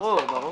ברור.